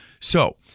So-